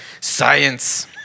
Science